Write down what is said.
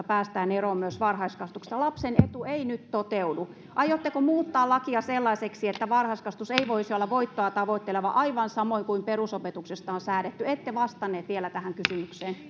päästään eroon myös varhaiskasvatuksessa lapsen etu ei nyt toteudu aiotteko muuttaa lakia sellaiseksi että varhaiskasvatus ei voisi olla voittoa tavoitteleva aivan samoin kuin perusopetuksesta on säädetty ette vastannut vielä tähän kysymykseen